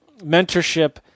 mentorship